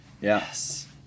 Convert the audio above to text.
Yes